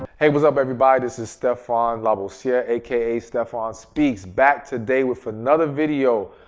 hey, what's up everybody? this is stephan labossiere aka stephan speaks. back today with another video,